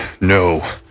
no